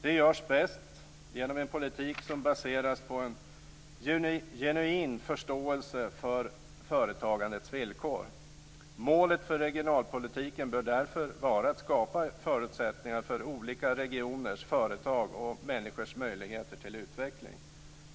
Det görs bäst genom en politik som baseras på en genuin förståelse för företagandets villkor. Målet för regionalpolitiken bör därför vara att skapa förutsättningar för olika regioners, företags och människors möjligheter till utveckling.